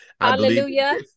Hallelujah